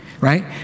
Right